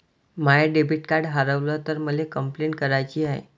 माय debit card हारवल तर मले कंपलेंट कराची हाय